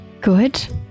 Good